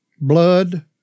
blood